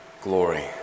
glory